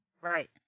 Right